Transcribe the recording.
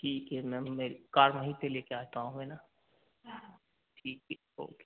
ठीक है मैम मै कार वहीं पर ले कर आता हूँ है न ठीक है ओके